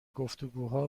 گفتگوها